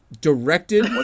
Directed